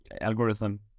algorithm